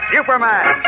Superman